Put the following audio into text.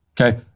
Okay